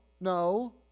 no